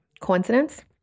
Coincidence